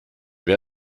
wer